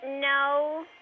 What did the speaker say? No